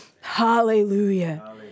Hallelujah